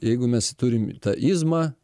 jeigu mes turim tą izmą